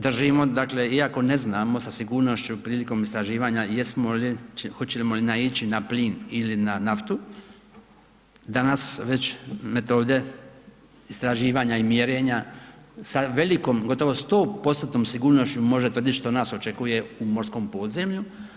Držimo, dakle iako ne znamo sa sigurnošću prilikom istraživanja jesmo li, hoćemo li naići na plin ili na naftu, danas već metode istraživanja i mjerenja sa velikom gotovo 100%-tnom sigurnošću može tvrditi što nas očekuje u morskom podzemlju.